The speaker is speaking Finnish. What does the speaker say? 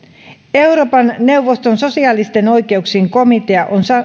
euroopan neuvoston sosiaalisten oikeuksien komitea on